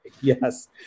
yes